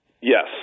Yes